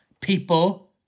people